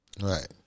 Right